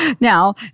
Now